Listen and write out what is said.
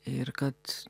ir kad